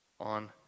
On